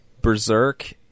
Berserk